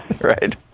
right